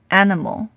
animal